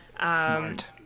Smart